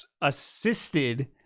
assisted